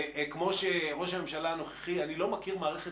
וכמו שראש הממשלה הנוכחי - אני לא מכיר מערכת